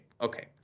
Okay